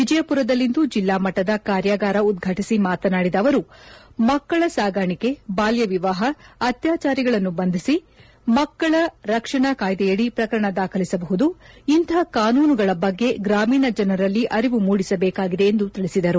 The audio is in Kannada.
ವಿಜಯಪುರದಲ್ಲಿಂದು ಜಿಲ್ಲಾಮಟ್ಟದ ಕಾರ್ಯಾಗಾರ ಉದ್ವಾಟಿಸಿ ಮಾತನಾಡಿದ ಅವರು ಮಕ್ಕಳ ಸಾಗಾಣಿಕೆ ಬಾಲ್ಯವಿವಾಹ ಅತ್ಯಾಚಾರಿಗಳನ್ನು ಬಂಧಿಸಿ ಮಕ್ಕಳ ರಕ್ಷಣಾ ಕಾಯ್ದೆಯದಿ ಪ್ರಕರಣ ದಾಖಲಿಸಬಹುದು ಇಂಥ ಕಾನೂನುಗಳ ಬಗ್ಗೆ ಗ್ರಾಮೀಣ ಜನರಲ್ಲಿ ಅರಿವು ಮೂಡಿಸಬೇಕಾಗಿದೆ ಎಂದು ತಿಳಿಸಿದರು